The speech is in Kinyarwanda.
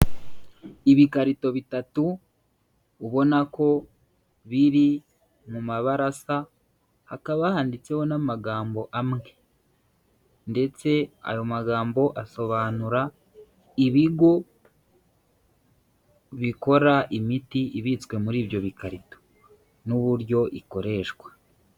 Ibikarito bitatu ubona ko biri mu mabara asa, hakaba handitseho n'amagambo amwe ndetse ayo magambo asobanura ibigo bikora imiti ibitswe muri ibyo bikarito n'uburyo ikoreshwa.